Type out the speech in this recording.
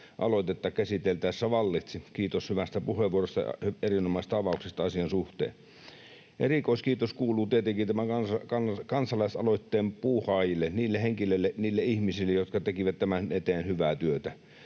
aloitetta käsiteltäessä vallitsi. Kiitos hyvästä puheenvuorosta ja erinomaisesta avauksesta asian suhteen. Erikoiskiitos kuuluu tietenkin tämän kansalaisaloitteen puuhaajille, niille henkilöille, niille ihmisille, jotka tekivät tämän eteen hyvää työtä.